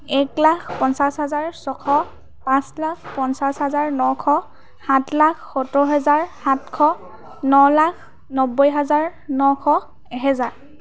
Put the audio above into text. এক লাখ পঞ্চাছ হাজাৰ ছশ পাঁচ লাখ পঞ্চাছ হাজাৰ নশ সাত লাখ সত্তৰ হাজাৰ নশ ন লাখ নব্বৈ হাজাৰ নশ এহেজাৰ